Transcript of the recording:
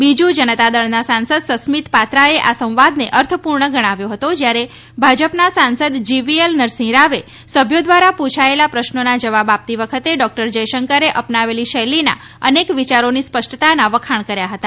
બીજુ જનતાદળના સાંસદ સસ્મીત પાત્રાએ આ સંવાદને અર્થપૂર્ણ ગણાવ્યો જ્યારે ભાજપના સાંસદ જીવીએલ નરસિંહ રાવે સભ્યો દ્વારા પૂછાયેલાં પ્રશ્નોના જવાબ આપતી વખતે ડૉક્ટર જયશંકરે અપનાવેલી શૈલીના અનેક વિચારોની સ્પષ્ટતાના વખાણ કર્યા હતા